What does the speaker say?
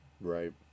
Right